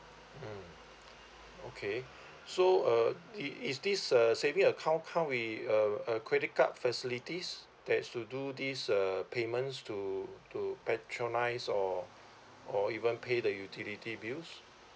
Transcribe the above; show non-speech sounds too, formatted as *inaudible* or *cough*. mm okay so *breath* uh is is this a saving account come with a a credit card facilities that's to do this uh payments to to patronise or or even pay the utility bills